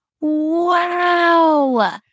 Wow